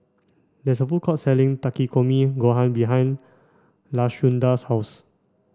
there is a food court selling Takikomi Gohan behind Lashunda's house